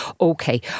Okay